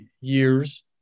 years